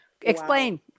explain